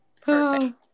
Perfect